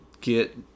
get